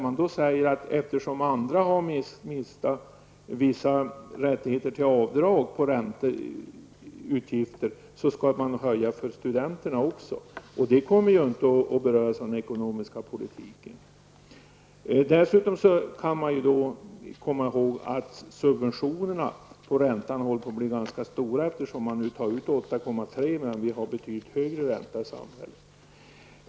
Man säger att eftersom andra har mist vissa rättigheter till avdrag för ränteutgifter skall man höja räntan för studenterna också. Det kommer inte att beröras av vilken ekonomisk politik som förs. Dessutom skall man komma ihåg att subventionerna för räntan håller på att bli ganska stora, eftersom räntan på studielånen nu är 8,3 % medan vi har en betydligt högre ränta i övrigt.